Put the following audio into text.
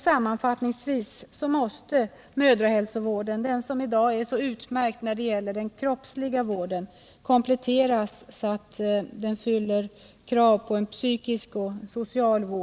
Sammanfattningsvis måste mödrahälsovården, som i dag är så utmärkt när det gäller den kroppsliga vården, kunna ge både en kroppslig, psykisk och social vård.